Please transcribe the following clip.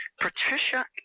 Patricia